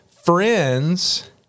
friends